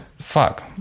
fuck